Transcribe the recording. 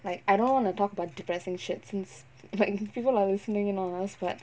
like I don't wanna talk about depressing shit since like people are listening in on us but